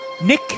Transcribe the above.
Nick